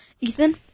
Ethan